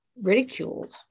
ridiculed